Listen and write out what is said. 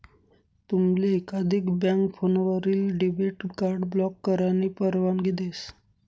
तुमले एकाधिक बँक फोनवरीन डेबिट कार्ड ब्लॉक करानी परवानगी देस